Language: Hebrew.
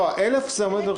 לא, 1,000 זה עומד לרשותכם.